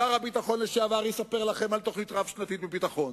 שר הביטחון לשעבר יספר לכם על תוכנית רב-שנתית בביטחון